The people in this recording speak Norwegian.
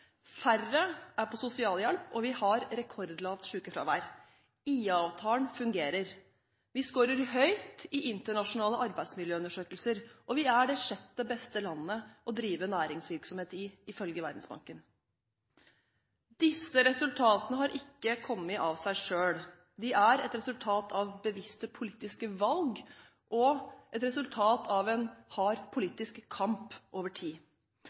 Færre er på sosialhjelp, og vi har rekordlavt sykefravær. IA-avtalen fungerer. Vi skårer høyt i internasjonale arbeidsmiljøundersøkelser, og vi er det sjette beste landet å drive næringsvirksomhet i, ifølge Verdensbanken. Disse resultatene har ikke kommet av seg selv. De er et resultat av bevisste politiske valg og en hard politisk kamp over tid,